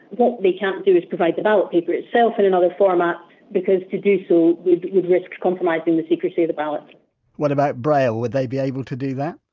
what they can't do is provide the ballot paper itself in another format because to do so would would risk compromising the secrecy of the ballot what about braille would they be able to do that?